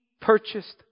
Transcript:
purchased